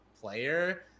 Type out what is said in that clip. player